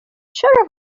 چرا